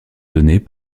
données